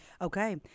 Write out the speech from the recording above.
Okay